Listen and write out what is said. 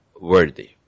worthy